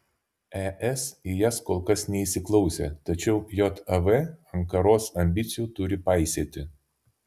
es į jas kol kas neįsiklausė tačiau jav ankaros ambicijų turi paisyti